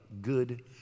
good